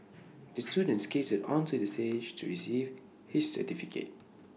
the student skated onto the stage to receive his certificate